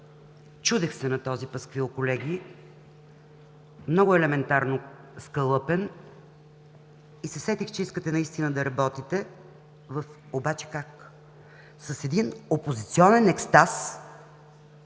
Чудех се на този пасквил, колеги. Много елементарно скалъпен. И се сетих, че искате да работите, обаче как? С един опозиционен екстаз,